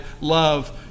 love